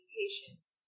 patients